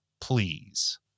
please